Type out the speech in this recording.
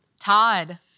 Todd